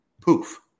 Poof